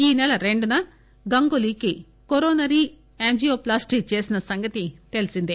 ఈ నెల రెండున గంగూలీకి కొరోనరీ యాంజియో ప్లాస్టీ చేసిన సంగతి తెలిసిందే